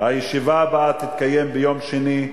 הישיבה הבאה תתקיים ביום שני.